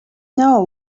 know